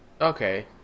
okay